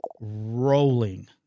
rolling